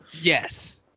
Yes